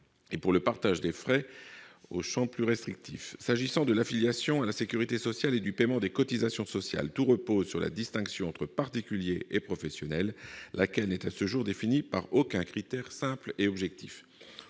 et pour le « partage de frais », au champ très restrictif. S'agissant de l'affiliation à la sécurité sociale et du paiement des cotisations sociales, tout repose sur la distinction entre les particuliers et les professionnels, laquelle n'est, à ce jour, définie par aucun critère simple et objectif.